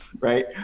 Right